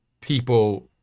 people